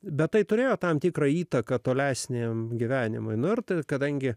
bet tai turėjo tam tikrą įtaką tolesniam gyvenimui nors kadangi